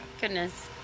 Goodness